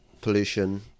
pollution